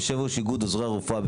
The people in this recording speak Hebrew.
יושב-ראש איגוד עוזרי הרפואה,